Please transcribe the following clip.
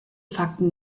fakten